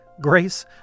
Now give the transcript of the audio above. Grace